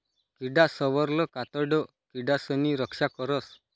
किडासवरलं कातडं किडासनी रक्षा करस